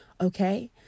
okay